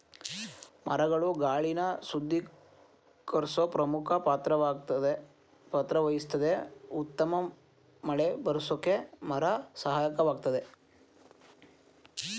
ಮರಗಳು ಗಾಳಿನ ಶುದ್ಧೀಕರ್ಸೋ ಪ್ರಮುಖ ಪಾತ್ರವಹಿಸ್ತದೆ ಉತ್ತಮ ಮಳೆಬರ್ರ್ಸೋಕೆ ಮರ ಸಹಾಯಕವಾಗಯ್ತೆ